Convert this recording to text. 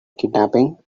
kidnapping